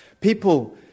People